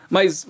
Mas